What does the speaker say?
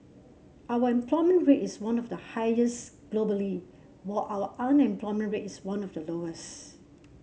our employment rate is one of the highest globally while our unemployment rate is one of the lowest